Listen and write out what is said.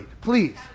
please